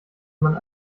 man